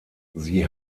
sie